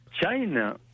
China